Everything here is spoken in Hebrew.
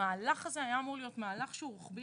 המהלך הזה היה אמור להיות מהלך רוחבי